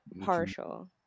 partial